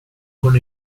con